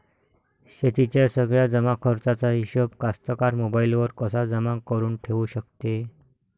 शेतीच्या सगळ्या जमाखर्चाचा हिशोब कास्तकार मोबाईलवर कसा जमा करुन ठेऊ शकते?